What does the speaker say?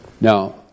Now